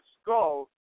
skull